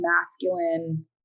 masculine